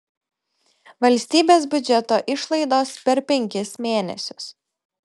valstybės biudžeto išlaidos per penkis mėnesius